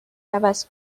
عوض